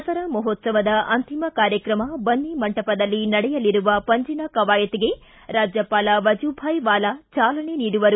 ದಸರಾ ಮಹೋತ್ಸವದ ಅಂತಿಮ ಕಾರ್ಯಕ್ರಮ ಬನ್ನಿ ಮಂಟಪದಲ್ಲಿ ನಡೆಯಲಿರುವ ಪಂಜಿನ ಕವಾಯತ್ಗೆ ರಾಜ್ಜಪಾಲ ವಜೂಭಾಯ್ ವಾಲಾ ಚಾಲನೆ ನೀಡುವರು